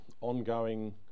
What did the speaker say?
ongoing